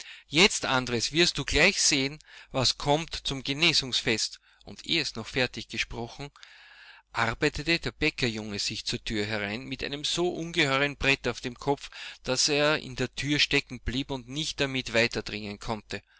jetzt andres wirst du gleich sehen was kommt zum genesungsfest und eh es noch fertig gesprochen arbeitete der bäckerjunge sich zur tür herein mit einem so ungeheuren brett auf dem kopf daß er in der tür stecken blieb und nicht damit weiterdringen konnte